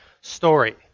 story